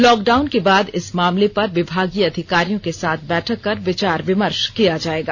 lockdown के बाद इस मामले पर विभागीय अधिकारियों के साथ बैठक कर विचार विर्मष किया जायेगा